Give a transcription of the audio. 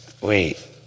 wait